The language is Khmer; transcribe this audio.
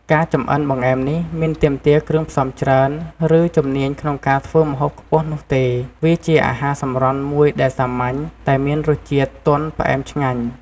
ការចម្អិនបង្អែមនេះមិនទាមទារគ្រឿងផ្សំច្រើន ឬជំនាញក្នុងការធ្វើម្ហូបខ្ពស់នោះទេ វាជាអាហារសម្រន់មួយដែលសាមញ្ញ តែមានរសជាតិទន់ផ្អែមឆ្ងាញ់។